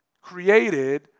created